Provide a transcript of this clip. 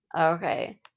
okay